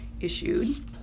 issued